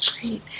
Great